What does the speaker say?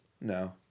No